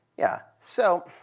yeah, so